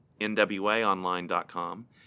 NWAOnline.com